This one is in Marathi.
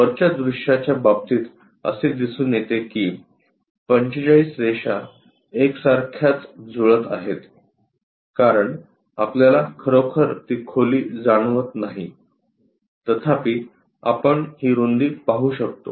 वरच्या दृश्याच्या बाबतीत असे दिसून येते की 45 रेषा एकसारख्याच जुळत आहेत कारण आपल्याला खरोखर ती खोली जाणवत नाही तथापि आपण ही रुंदी पाहू शकतो